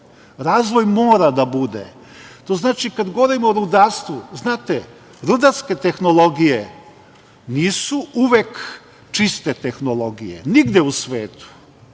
razvoj mora da bude. To znači kada govorimo o rudarstvu, znate, rudarske tehnologije nisu uvek čiste tehnologije nigde u svetu,